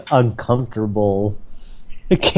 uncomfortable